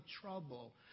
trouble